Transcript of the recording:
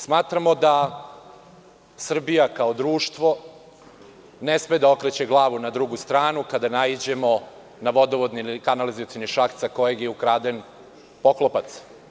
Smatramo da Srbija kao društvo ne sme da okreće glavu na drugu stranu kada naiđemo na vodovodni ili kanalizacioni šaht sa kojeg je ukraden poklopac.